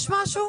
יש משהו?